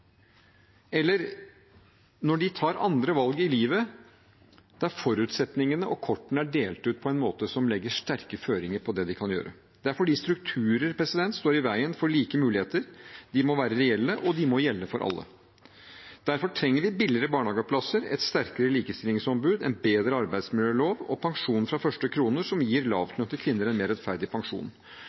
når de tar andre valg i livet, der forutsetningene og kortene er delt ut på en måte som legger sterke føringer på det de kan gjøre. Det er fordi strukturer står i veien for like muligheter. De må være reelle, og de må gjelde for alle. Derfor trenger vi billigere barnehageplasser, et sterkere likestillingsombud, en bedre arbeidsmiljølov og pensjon fra første krone, som gir lavtlønte kvinner en mer rettferdig pensjon.